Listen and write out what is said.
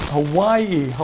Hawaii